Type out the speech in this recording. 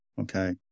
okay